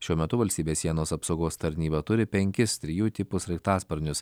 šiuo metu valstybės sienos apsaugos tarnyba turi penkis trijų tipų sraigtasparnius